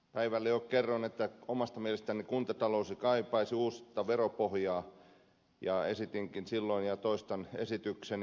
päivällä jo kerroin että omasta mielestäni kuntatalous jo kaipaisi uutta veropohjaa ja esitinkin silloin ja toistan esitykseni